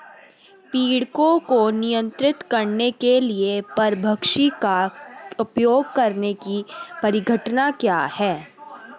पीड़कों को नियंत्रित करने के लिए परभक्षी का उपयोग करने की परिघटना क्या है?